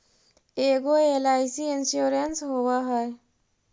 ऐगो एल.आई.सी इंश्योरेंस होव है?